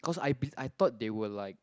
cause I be~ I thought they were like